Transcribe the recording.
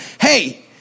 hey